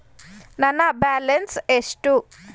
ನನ್ನ ಬ್ಯಾಲೆನ್ಸ್ ಎಷ್ಟು?